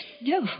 No